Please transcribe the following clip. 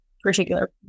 particular